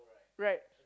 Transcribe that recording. right